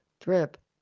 drip